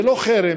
זה לא חרם,